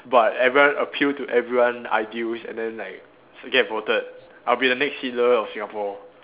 but everyone appeal to everyone ideals and then like so get voted I'll be the next Hitler of Singapore